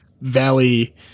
valley